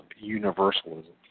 universalism